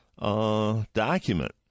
document